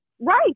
Right